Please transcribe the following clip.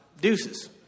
Deuces